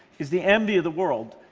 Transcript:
is the envy of the world.